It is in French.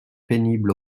pénible